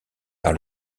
par